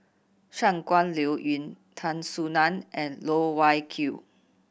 Shangguan Liuyun Tan Soo Nan and Loh Wai Kiew